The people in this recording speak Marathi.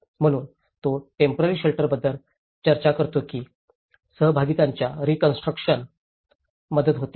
म्हणून तो टेम्पोरारी शेल्टरबद्दल चर्चा करतो की सहभागितांच्या रीकॉन्स्ट्रुकशन मदत होते